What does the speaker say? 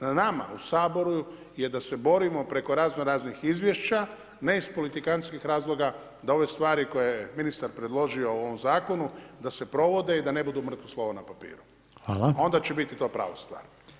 Na nama u Saboru je da se borimo preko razno raznih izvješća ne iz politikantskih razloga da ove stvari koje je ministar predložio u ovome zakonu da se provode i da ne budu mrtvo slovo na papiru, a onda će to biti prava stvar.